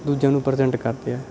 ਦੂਜਿਆਂ ਨੂੰ ਪਰਜੈਂਟ ਕਰਦੇ ਹੈ